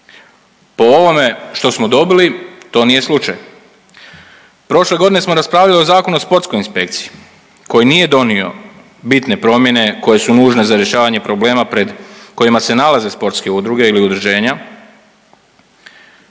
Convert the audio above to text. Po ovome što smo dobili to nije slučaj. Prošle godine smo raspravljali o Zakonu o sportskoj inspekciji koji nije donio bitne promjene koje su nužne za rješavanje problema pred kojima se nalaze sportske udruge ili udruženja